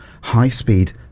high-speed